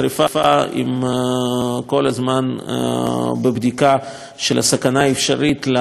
כל הזמן בבדיקה של הסכנה האפשרית למצבורים